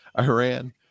Iran